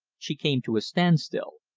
she came to a standstill.